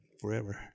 forever